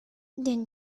then